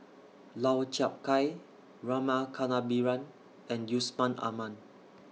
Lau Chiap Khai Rama Kannabiran and Yusman Aman